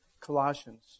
Colossians